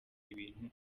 ibintu